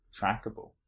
trackable